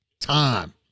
time